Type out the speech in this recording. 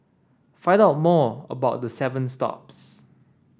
find out more about the seven stops